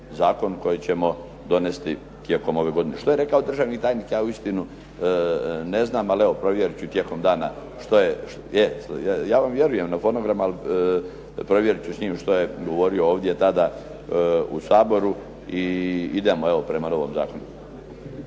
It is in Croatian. zakon koji ćemo donesti tijekom ove godine. Što je rekao državni tajnik ja uistinu ne znam, ali evo provjerit ću tijekom dana što je. Ja vam vjerujem na fonogramu, ali provjerit ću s njim što je govorio ovdje, da, da u Saboru i idemo evo prema novom zakonu.